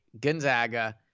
gonzaga